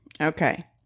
okay